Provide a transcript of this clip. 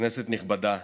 כנסת נכבדה,